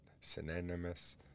synonymous